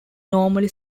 normally